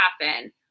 happen